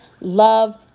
love